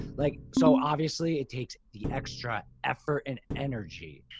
like, so obviously it takes the extra effort and energy.